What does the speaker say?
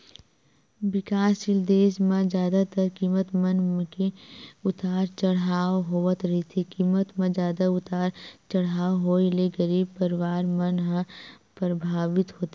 बिकाससील देस म जादातर कीमत मन म के उतार चड़हाव होवत रहिथे कीमत म जादा उतार चड़हाव होय ले गरीब परवार मन ह परभावित होथे